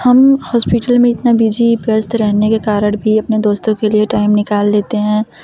हम हॉस्पिटल में इतना बिजी व्यस्त रहने के कारण भी अपने दोस्तों के लिए टाइम निकाल लेते हैं